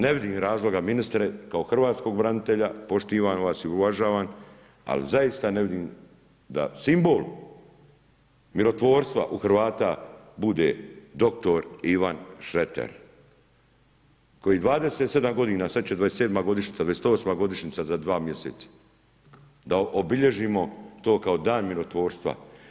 Ne vidim razloga ministre kao hrvatskog branitelja, poštujem vas i uvažavam, ali zaista ne vidim da simbol mirotvorstva u Hrvata bude dr. Ivan Šreter koji 27 godina, sada će 27. godišnjica, 28. godišnjica za 2 mjeseca da obilježimo to kao dan mirotvorstva.